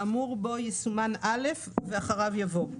האמור בו יסומן "(א)" ואחריו יבוא: